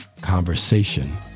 conversation